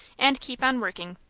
and keep on working.